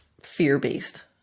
fear-based